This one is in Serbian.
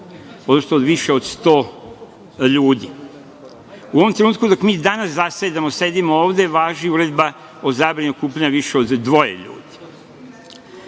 odnosno više od 100 ljudi.U ovom trenutku dok mi danas zasedamo, sedimo ovde, važi Uredba o zabrani okupljanja više od dvoje ljudi.